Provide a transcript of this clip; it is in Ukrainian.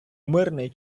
мирний